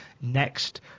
next